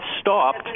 stopped